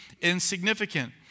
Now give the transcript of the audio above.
insignificant